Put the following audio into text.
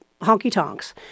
honky-tonks